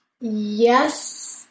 Yes